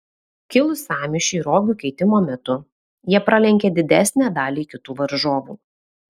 kilus sąmyšiui rogių keitimo metu jie pralenkė didesnę dalį kitų varžovų